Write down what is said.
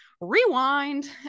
rewind